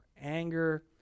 anger